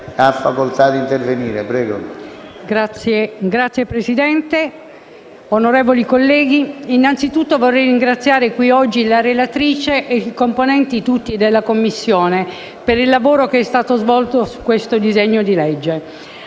Signor Presidente, onorevoli colleghi, innanzitutto vorrei ringraziare qui oggi la relatrice e tutti i componenti della Commissione per il lavoro che è stato svolto su questo disegno di legge.